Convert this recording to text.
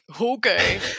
Okay